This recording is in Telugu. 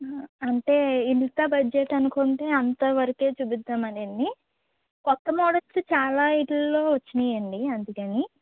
అంటే ఇంత బడ్జెట్ అనుకుంటే అంత వరకే చూపిద్దామని అండి కొత్త మోడల్సు చాలా వాటిలో వచ్చాయి అండి అందుకని